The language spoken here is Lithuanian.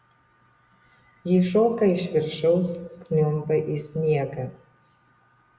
ji šoka iš viršaus kniumba į sniegą